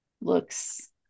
looks